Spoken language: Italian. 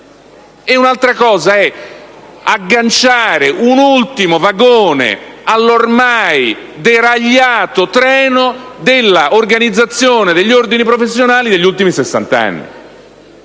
e altro fatto è agganciare un ultimo vagone all'ormai deragliato treno della organizzazione degli ordini professionali negli ultimi sessant'anni.